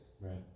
right